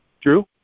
Drew